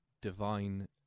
divine